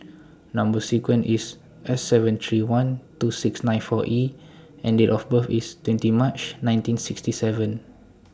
Number sequence IS S seven three one two six nine four E and Date of birth IS twenty March ninety sixty seven